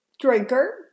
Drinker